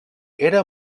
era